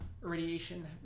radiation